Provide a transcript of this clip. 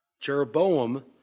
Jeroboam